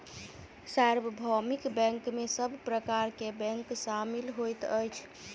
सार्वभौमिक बैंक में सब प्रकार के बैंक शामिल होइत अछि